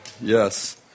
yes